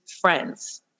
friends